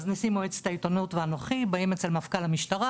אז נשיא מועצת העיתונות ואנוכי באים אצל מפכ"ל המשטרה